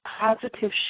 positive